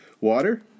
Water